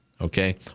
Okay